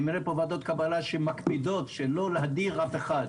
אני מנהל פה ועדות קבלה שמקפידות לא להדיר אף אחד